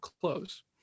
close